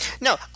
No